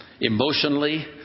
emotionally